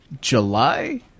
July